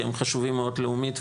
כי הם חשובים מאוד לאומית,